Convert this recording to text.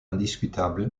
indiscutable